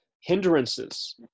hindrances